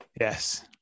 Yes